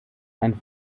ein